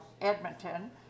Edmonton